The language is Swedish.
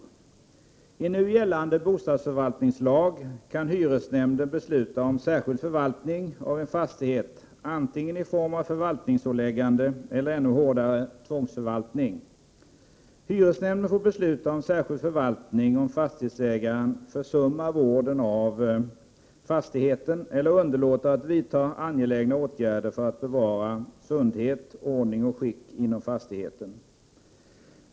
Enligt nu gällande bostadsförvaltningslag kan hyresnämnden besluta om särskild förvaltning av en fastighet antingen i form av förvaltningsåläggande eller ännu hårdare tvångsförvaltning. Hyresnämnden får besluta om särskild förvaltning om fastighetsägaren försummar vården av fastigheten eller underlåter att vidta angelägna åtgärder för att bevara sundhet, ordning och skick inom fastigheten.